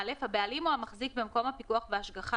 (א)הבעלים או המחזיק במקום הפיקוח וההשגחה,